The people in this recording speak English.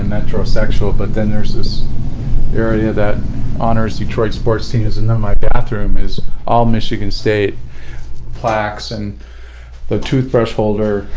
a metrosexual, but then there's this area that honors detroit sports teams and then my bathroom is all michigan state plaques and the toothbrush holder.